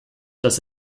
dass